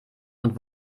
und